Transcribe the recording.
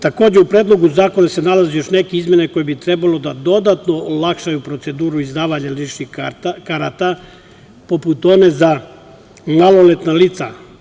Takođe, u Predlogu zakona se nalaze još neke izmene koje bi trebalo da dodatno olakšaju proceduru izdavanja ličnih karata, poput one za maloletna lica.